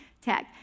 tech